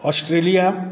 Australia